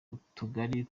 utugari